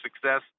success